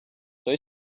той